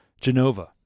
Genova